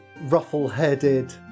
ruffle-headed